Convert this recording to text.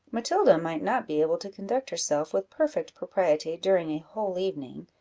matilda might not be able to conduct herself with perfect propriety during a whole evening,